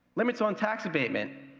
limits on tax abatement.